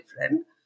different